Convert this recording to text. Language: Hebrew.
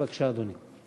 בבקשה, אדוני.